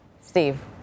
Steve